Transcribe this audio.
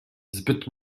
zbyt